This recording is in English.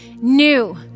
new